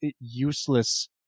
useless